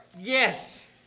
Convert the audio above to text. Yes